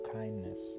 kindness